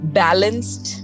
balanced